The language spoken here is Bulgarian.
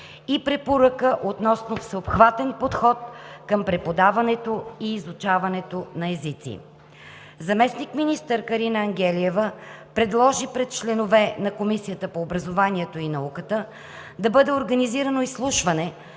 и Препоръка относно всеобхватен подход към преподаването и изучаването на езици. Заместник-министър Карина Ангелиева предложи пред членовете на Комисията по образованието и науката да бъде организирано изслушване,